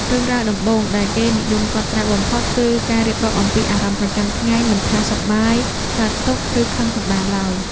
រឿងរ៉ាវដំបូងដែលគេនិយមកត់ត្រាបំផុត គឺការរៀបរាប់អំពីអារម្មណ៍ប្រចាំថ្ងៃ មិនថាសប្បាយ កើតទុក្ខ ឬខឹងសម្បារឡើយ។